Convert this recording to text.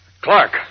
Clark